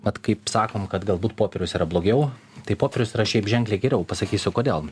vat kaip sakom kad galbūt popierius yra blogiau tai popierius yra šiaip ženkliai geriau pasakysiu kodėl